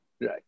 Right